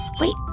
wait.